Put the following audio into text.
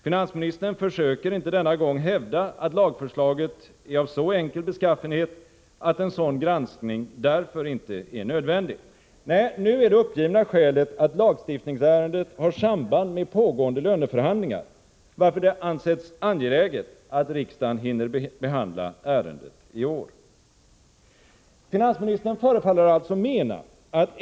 Finansministern försöker inte denna gång hävda att lagförslaget är av så enkel beskaffenhet att en sådan granskning därför inte är nödvändig. Nej, nu uppges skälet vara att lagstiftningsärendet har ett samband med pågående löneförhandlingar, varför det ansetts angeläget att riksdagen hinner behandla ärendet i år. Det förefaller vara på följande sätt.